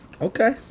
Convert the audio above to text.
Okay